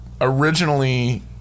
Originally